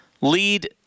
lead